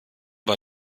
bei